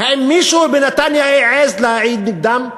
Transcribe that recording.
האם מישהו בנתניה העז להעיד נגדם?